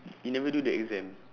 you never do the exam